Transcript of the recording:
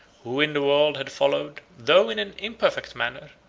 who in the world had followed, though in an imperfect manner,